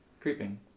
creeping